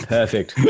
Perfect